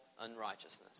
unrighteousness